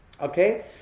Okay